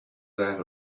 that